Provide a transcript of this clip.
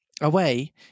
Away